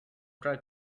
drag